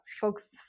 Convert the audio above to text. folks